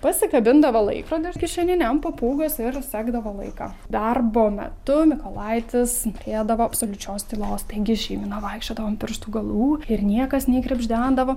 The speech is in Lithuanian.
pasikabindavo laikrodį kišeninį ant papūgos ir sekdavo laiką darbo metu mykolaitis norėdavo absoliučios tylos taigi šeimyna vaikščiodavo ant pirštų galų ir niekas nei krebždendavo